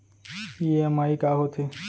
EMI का होथे?